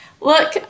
Look